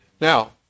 now